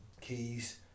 keys